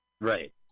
Right